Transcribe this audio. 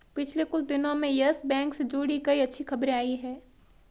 पिछले कुछ दिनो में यस बैंक से जुड़ी कई अच्छी खबरें आई हैं